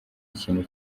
ikintu